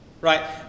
right